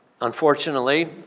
Unfortunately